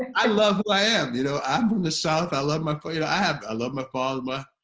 i love who i am you know i'm from the south i love my photo i have i love my father